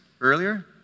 earlier